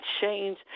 change